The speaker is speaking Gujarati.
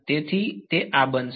તેથી આ બનશે